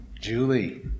Julie